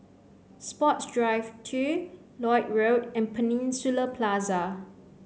Sports Drive two Lloyd Road and Peninsula Plaza